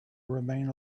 remain